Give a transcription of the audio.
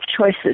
choices